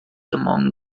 among